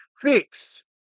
fix